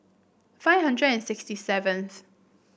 five hundred and sixty seventh